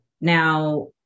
Now